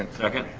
and second.